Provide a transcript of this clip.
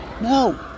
No